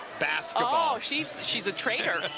basketball. she's she's a traitor.